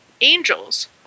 angels